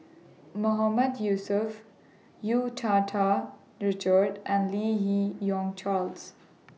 Mahmood Yusof Hu Tau Tau Richard and Lim Yi Yong Charles